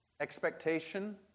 expectation